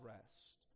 rest